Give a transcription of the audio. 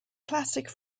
classic